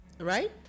right